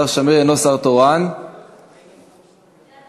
אני לא שר תורן, אני שר.